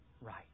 right